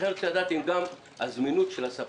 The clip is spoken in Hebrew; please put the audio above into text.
אבל אני רוצה לדעת אם היא גם תהיה בזמינות של הספקים.